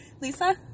lisa